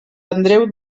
andreu